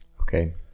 Okay